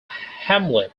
hamlet